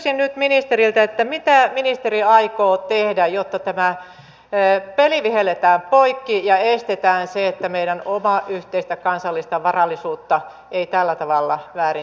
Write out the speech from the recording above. kysyisin nyt ministeriltä mitä ministeri aikoo tehdä jotta tämä peli vihelletään poikki ja estetään se että meidän omaa yhteistä kansallista varallisuuttamme ei tällä tavalla väärin käytetä